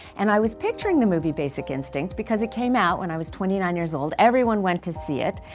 and i was even picturing the movie, basic instinct because it came out when i was twenty nine years old. everyone went to see it.